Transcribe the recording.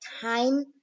time